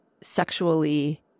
sexually